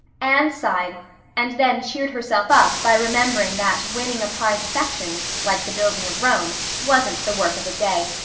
anne sighed and then cheered herself up by remembering that winning a pye's affections, like the building of rome, wasn't the work of a day.